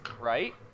right